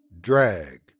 Drag